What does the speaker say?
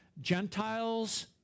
Gentiles